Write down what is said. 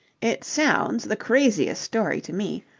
it sounds the craziest story to me.